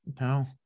No